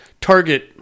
Target